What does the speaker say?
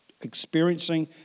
experiencing